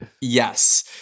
Yes